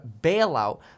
bailout